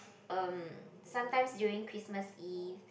um sometimes during Christmas Eve